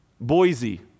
Boise